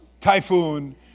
typhoon